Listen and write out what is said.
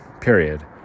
period